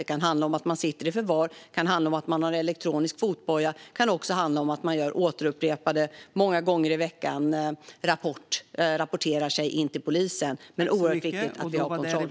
Det kan handla om att man sitter i förvar, har elektronisk fotboja eller återupprepade gånger i veckan rapporterar in sig till polisen. Det är oerhört viktigt att vi har kontroll.